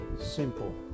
simple